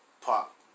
Pop